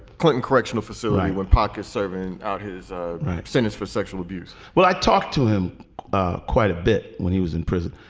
clinton correctional facility, where pockets serving out his sentence for sexual abuse well, i talked to him ah quite a bit when he was in prison.